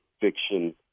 fiction